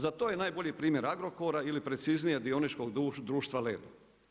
Za to je najbolji primjer Agrokora ili preciznije dioničkog društva Ledo.